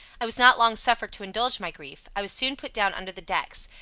i was not long suffered to indulge my grief i was soon put down under the decks,